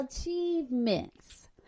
achievements